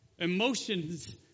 Emotions